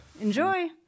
Enjoy